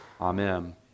amen